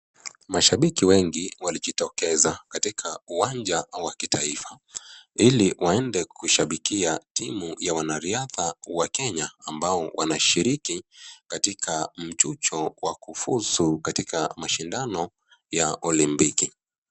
Mashabiki wengi walijitokeza katika uwanja wa kitaifa, ili waende kushabikia timu ya wanariadha wakenya ambao wanashiriki katika mchucho wa kufuzu katika mashindano ya olimpiki.